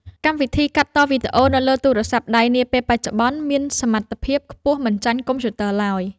កម្មវិធីកាត់តវីដេអូនៅលើទូរស័ព្ទដៃនាពេលបច្ចុប្បន្នមានសមត្ថភាពខ្ពស់មិនចាញ់កុំព្យូទ័រឡើយ។